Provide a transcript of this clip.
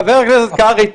חבר הכנסת קרעי,